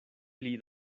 pli